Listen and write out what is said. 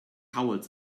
cowards